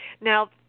Now